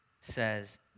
says